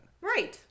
Right